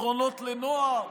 פתרונות לנוער,